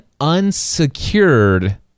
unsecured